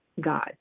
God